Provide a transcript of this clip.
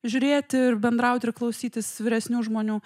žiūrėti ir bendrauti ir klausytis vyresnių žmonių